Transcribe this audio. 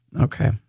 okay